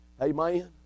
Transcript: Amen